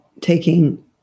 taking